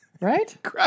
right